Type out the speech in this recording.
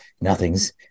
nothing's